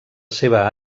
seva